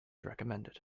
recommended